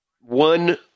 One